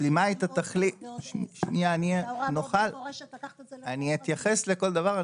אני אתייחס לכל דבר.